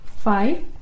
five